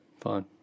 fine